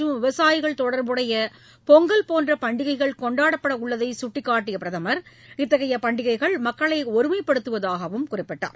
மற்றும் விவசாயிகள் தொடர்புடைய பொங்கல் போன்ற வேளாண் நாடுமுவதும் பண்டிகைகள் கொண்டாடப்படவுள்ளதை சுட்டிக்காட்டிய அவர் இத்தகைய பண்டிகைகள் மக்களை ஒருமைப்படுத்துவதாகவும் குறிப்பிட்டார்